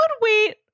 wait